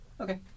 Okay